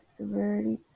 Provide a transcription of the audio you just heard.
severity